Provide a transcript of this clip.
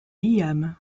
liam